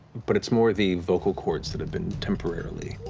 but it's more the vocal chords that have been temporarily